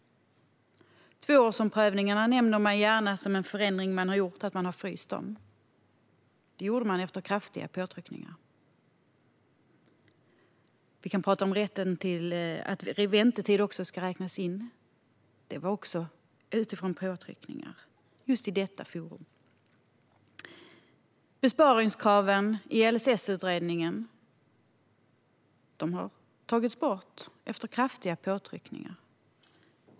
Man nämner gärna att man fryst tvåårsomprövningarna som en förändring som regeringen har gjort. Det gjorde den efter kraftiga påtryckningar. Vi kan tala om att väntetid också ska räknas in. Den ändringen gjordes utifrån påtryckningar just i detta forum. Besparingskraven i LSS-utredningen har tagits bort efter kraftiga påtryckningar.